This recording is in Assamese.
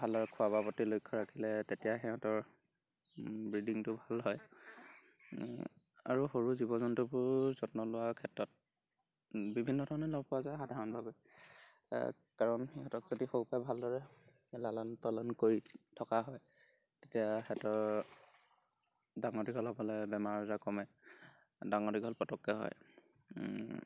ভালদৰে খোৱা বোৱাৰ প্ৰতি লক্ষ্য় ৰাখিলে তেতিয়া সিহঁতৰ ব্ৰিডিংটো ভাল হয় আৰু সৰু জীৱ জন্তুবোৰ যত্ন লোৱাৰ ক্ষেত্ৰত বিভিন্ন ধৰণে লগ পোৱা যায় সাধাৰণভাৱে কাৰণ সিহঁতক যদি সৰুৰেপৰা ভালদৰে লালন পালন কৰি থকা হয় তেতিয়া সিহঁতৰ ডাঙৰ দীঘল হ'বলৈ বেমাৰ আজাৰ কমে ডাঙৰ দীঘল পটককৈ হয়